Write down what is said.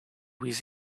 with